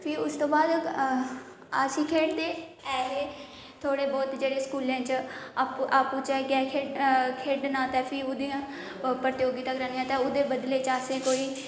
फ्ही उसतू बाद आसी खेढदे ऐ हे थोह्डे बहुत जेह्ड़े स्कूलें च आपूं च गै खेढ खेढना ते फ्ही ओहदियां प्रतियोगिता करानियां ते ओहदे बदले च असें कोई